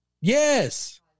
Yes